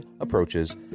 approaches